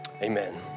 amen